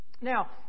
Now